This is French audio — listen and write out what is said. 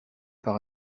par